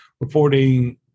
reporting